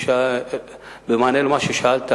במענה למה ששאלת,